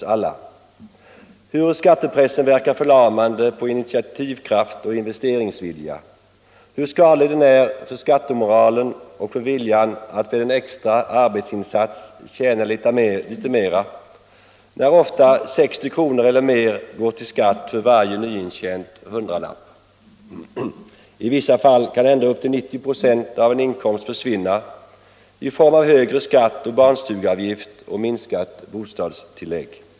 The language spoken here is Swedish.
Vi har påtalat hur skattepressen verkar förlamande på initiativkraft och investeringsvilja, hur skadlig den är för skattemoralen och för viljan att med en extra arbetsinsats tjäna litet mera när ofta 60 kr. eller mer av varje nyintjänad hundralapp går till skatt. I vissa fall kan ända upp till 90 96 av en inkomst försvinna i form av högre skatt, barnstugeavgift och minskat bostadstillägg.